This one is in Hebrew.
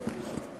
אדוני היושב-ראש,